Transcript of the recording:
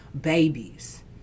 babies